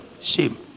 Shame